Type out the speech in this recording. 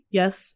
yes